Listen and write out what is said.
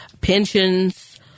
pensions